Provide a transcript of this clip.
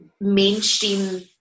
mainstream